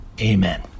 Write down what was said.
amen